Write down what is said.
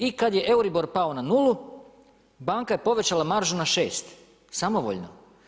I kad je EURIBOR pao na nulu, banka je povećala maržu na 6, samovoljno.